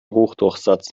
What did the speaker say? hochdurchsatz